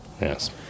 Yes